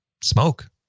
smoke